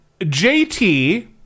JT